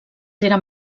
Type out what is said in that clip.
eren